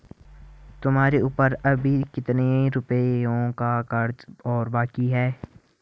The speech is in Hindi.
तुम्हारे ऊपर अभी कितने रुपयों का कर्ज और बाकी है?